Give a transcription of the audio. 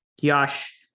Yash